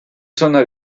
zona